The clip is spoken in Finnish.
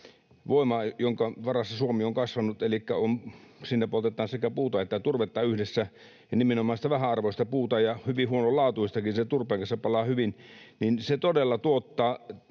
CHP-voima, jonka varassa Suomi on kasvanut — elikkä siinä poltetaan sekä puuta että turvetta yhdessä ja nimenomaan vähäarvoista puuta ja hyvin huonolaatuistakin, kun se turpeen kanssa palaa hyvin — todella tuottaa